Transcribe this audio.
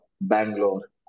Bangalore